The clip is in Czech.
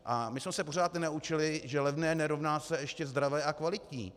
A my jsme se pořád nenaučili, že levné nerovná se ještě zdravé a kvalitní.